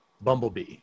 bumblebee